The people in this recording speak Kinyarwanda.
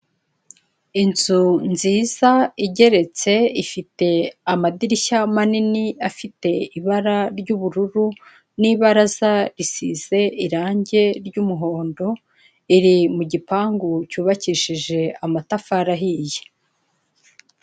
Inzu nziza igeretse ifite amadirishya manini afite ibara ry'ubururu n'ibaraza risize irange ry'umuhondo iri mu gipangu cyubakishije amatafari ahiye.